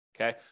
Okay